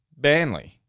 Banley